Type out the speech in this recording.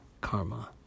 Karma